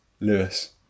Lewis